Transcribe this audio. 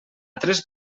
tres